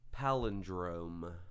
Palindrome